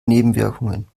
nebenwirkungen